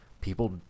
people